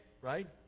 right